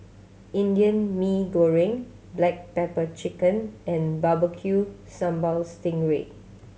Indian Mee Goreng black pepper chicken and Barbecue Sambal sting ray